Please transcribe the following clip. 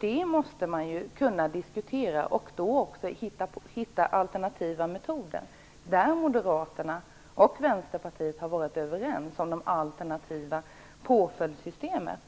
Det måste man ju kunna diskutera. Man måste också kunna hitta alternativa metoder där Moderaterna och Vänsterpartiet har varit överens om det alternativa påföljdssystemet.